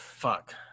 Fuck